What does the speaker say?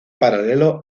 paralelo